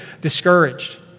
discouraged